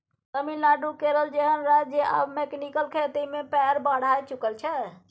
तमिलनाडु, केरल जेहन राज्य आब मैकेनिकल खेती मे पैर बढ़ाए चुकल छै